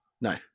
No